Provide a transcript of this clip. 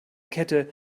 kette